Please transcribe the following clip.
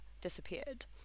disappeared